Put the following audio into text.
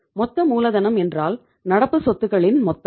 மொத்த மூலதனம் என்றால் நடப்பு சொத்துக்களின் மொத்தம்